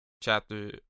chapter